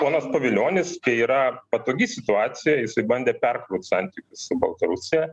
ponas pavilionis kai yra patogi situacija jisai bandė perkraut santykius su baltarusija